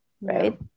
right